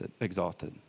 Exalted